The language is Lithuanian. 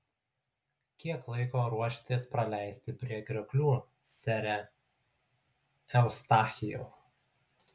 kiek laiko ruošiatės praleisti prie krioklių sere eustachijau